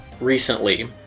recently